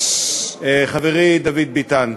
חברי דוד ביטן,